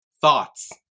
Thoughts